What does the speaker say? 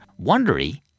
Wondery